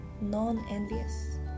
non-envious